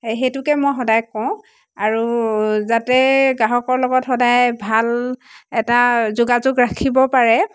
সেই সেইটোকে মই সদায় কওঁ আৰু যাতে গ্ৰাহকৰ লগত সদায় ভাল এটা যোগাযোগ ৰাখিব পাৰে